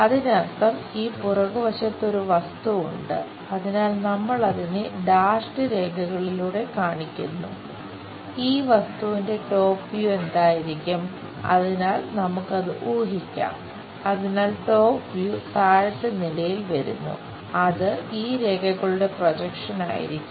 അതിനർത്ഥം ഈ പുറകുവശത്ത് ഒരു വസ്തു ഉണ്ട് അതിനാൽ നമ്മൾ അതിനെ ഡാഷ്ഡ് ആയിരിക്കും